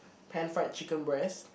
pan fried chicken breast